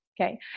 Okay